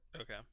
Okay